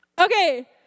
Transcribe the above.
Okay